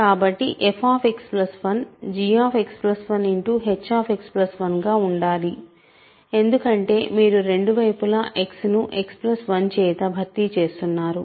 కాబట్టి fX1 gX1hX1 గా ఉండాలి ఎందుకంటే మీరు రెండు వైపులా Xను X1చేత భర్తీ చేస్తున్నారు